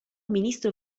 ministro